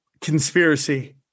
conspiracy